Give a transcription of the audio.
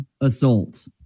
assault